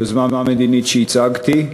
יוזמה מדינית שהצגתי,